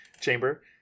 chamber